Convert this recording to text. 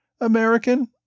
American